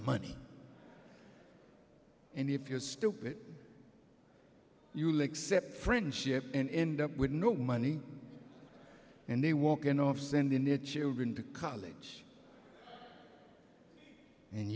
money and if you're stupid you'll accept friendship and up with no money and they walk in off sending their children to college and